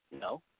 no